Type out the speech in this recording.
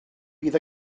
bydd